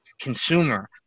consumer